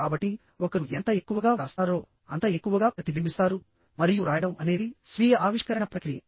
కాబట్టి ఒకరు ఎంత ఎక్కువగా వ్రాస్తారో అంత ఎక్కువగా ప్రతిబింబిస్తారు మరియు వ్రాయడం అనేది స్వీయ ఆవిష్కరణ ప్రక్రియ